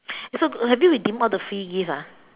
so have you redeemed all the free gift ah